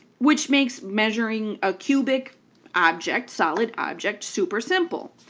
which makes measuring a cubic object, solid object, super simple.